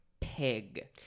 pig